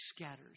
scatters